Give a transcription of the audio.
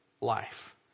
life